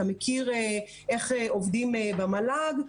אתה יודע איך עובדים במועצה להשכלה גבוהה.